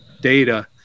data